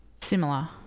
similar